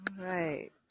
Right